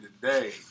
today